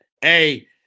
Hey